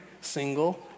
single